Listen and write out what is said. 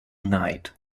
night